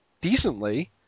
decently